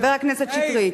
חבר הכנסת שטרית,